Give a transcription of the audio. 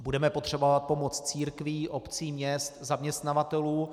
Budeme potřebovat pomoc církví, obcí, měst, zaměstnavatelů.